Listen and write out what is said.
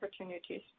opportunities